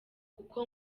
kuko